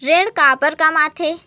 ऋण काबर कम आथे?